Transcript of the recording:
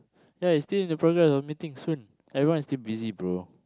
ya I still in the progress of meeting soon everyone's still busy bro